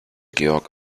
georg